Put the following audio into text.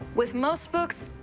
with most books,